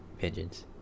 pigeons